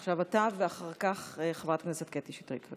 עכשיו אתה ואחר כך חברת הכנסת קטי שטרית.